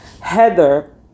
Heather